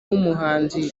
w’umuhanzi